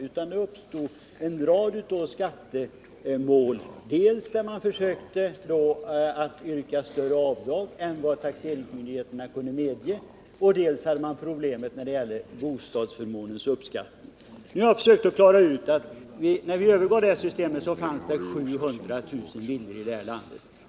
Det uppstod en rad skattemål, dels där man försökte yrka större avdrag än vad taxeringsmyndigheterna kunde medge, dels där man hade problem med bostadsförmånens uppskattning. Jag har också försökt klara ut att när vi övergav det systemet fanns det 700 000 villor i landet.